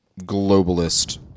globalist